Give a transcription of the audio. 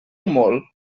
molt